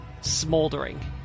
smoldering